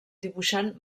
dibuixant